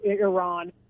Iran